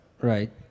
Right